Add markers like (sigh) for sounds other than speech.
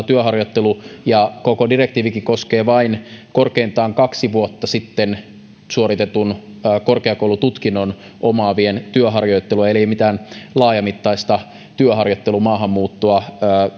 (unintelligible) työharjoittelu ja koko direktiivikin koskee vain korkeintaan kaksi vuotta sitten suoritetun korkeakoulututkinnon omaavien työharjoittelua eli ei mitään laajamittaista työharjoittelumaahanmuuttoa